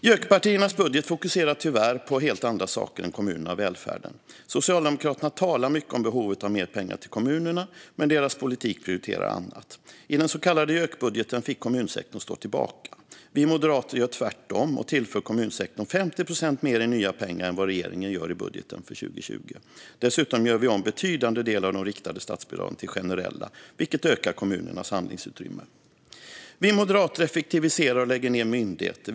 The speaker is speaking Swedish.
JÖK-partiernas budget fokuserar tyvärr på helt andra saker än kommunerna och välfärden. Socialdemokraterna talar mycket om behovet av mer pengar till kommunerna, men deras politik prioriterar annat. I den så kallade JÖK-budgeten fick kommunsektorn stå tillbaka. Vi moderater gör tvärtom och tillför kommunsektorn 50 procent mer i nya pengar än vad regeringen gör i budgeten för 2020. Dessutom gör vi om betydande delar av de riktade statsbidragen till generella, vilket ökar kommunernas handlingsutrymme. Vi moderater effektiviserar och lägger ned myndigheter.